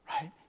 Right